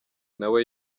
nawe